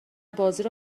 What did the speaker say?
بازیرو